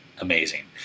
Amazing